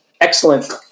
excellent